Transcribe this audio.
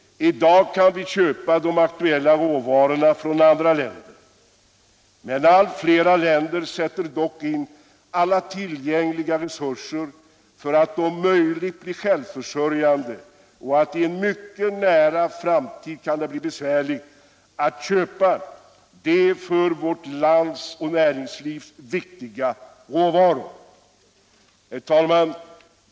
I dag kan vi köpa de aktuella råvarorna från andra länder. Allt flera länder sätter dock in alla tillgängliga resurser för att om möjligt bli självförsörjande. I en mycket nära framtid kan det bli besvärligt att köpa de för vårt land och näringsliv så viktiga råvarorna. Herr talman!